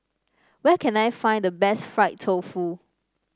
where can I find the best Fried Tofu